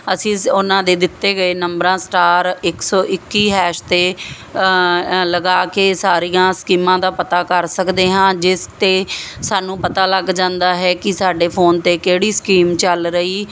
ਅਸੀਂ ਉਹਨਾਂ ਦੇ ਦਿੱਤੇ ਗਏ ਨੰਬਰਾਂ ਸਟਾਰ ਇੱਕ ਸੌ ਇੱਕੀ ਹੈਸ਼ 'ਤੇ ਅ ਲਗਾ ਕੇ ਸਾਰੀਆਂ ਸਕੀਮਾਂ ਦਾ ਪਤਾ ਕਰ ਸਕਦੇ ਹਾਂ ਜਿਸ 'ਤੇ ਸਾਨੂੰ ਪਤਾ ਲੱਗ ਜਾਂਦਾ ਹੈ ਕਿ ਸਾਡੇ ਫੋਨ 'ਤੇ ਕਿਹੜੀ ਸਕੀਮ ਚੱਲ ਰਹੀ